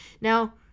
now